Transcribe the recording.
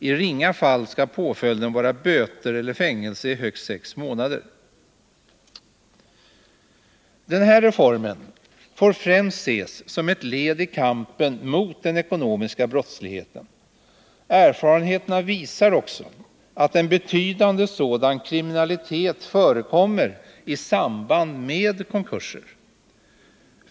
I ringa fall skall påföljden vara böter eller fängelse i högst sex månader. Den här reformen får främst ses som ett led i kampen mot den ekonomiska brottsligheten. Erfarenheterna visar också att en betydande sådan kriminalitet förekommer i samband med konkurser.